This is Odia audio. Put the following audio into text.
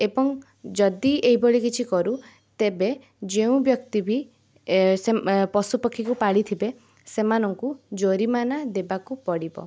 ଏବଂ ଯଦି ଏଇଭଳି କିଛି କରୁ ତେବେ ଯେଉଁ ବ୍ୟକ୍ତି ବି ପଶୁପକ୍ଷୀକୁ ପାଳିଥିବେ ସେମାନଙ୍କୁ ଜୋରିମାନା ଦେବାକୁ ପଡ଼ିବ